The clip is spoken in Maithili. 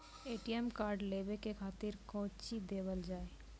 ए.टी.एम कार्ड लेवे के खातिर कौंची देवल जाए?